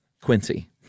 Quincy